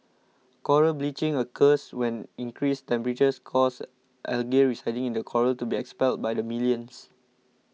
coral bleaching occurs when increased temperatures cause algae residing in the coral to be expelled by the millions